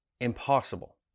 Impossible